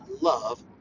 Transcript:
love